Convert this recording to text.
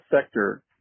sector